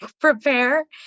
prepare